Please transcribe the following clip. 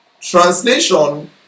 translation